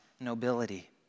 nobility